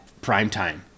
primetime